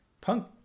punk